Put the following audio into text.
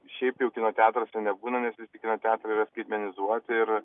šiaip jau kino teatruose nebūna nes visi kino teatrai yra skaitmenizuoti ir